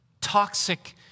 toxic